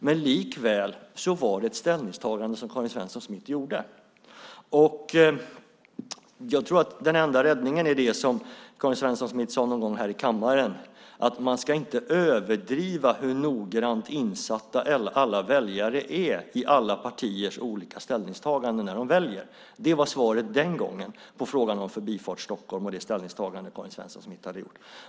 Men likväl var det ett ställningstagande som Karin Svensson Smith gjorde. Jag tror att den enda räddningen är det som Karin Svensson Smith sade någon gång här i kammaren: Man ska inte överdriva hur noggrant insatta alla väljare är i alla partiers olika ställningstaganden när de väljer. Det var svaret den gången på frågan om Förbifart Stockholm och det ställningstagande som Karin Svensson Smith hade gjort.